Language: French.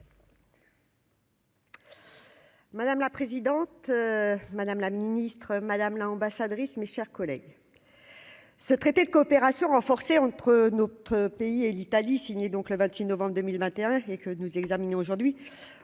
Madame la présidente, madame la ministre, madame l'ambassadrice, mes chers collègues, ce traité de coopération renforcée entre notre pays et l'Italie, signé, donc le 26 novembre 2021 et que nous examinions aujourd'hui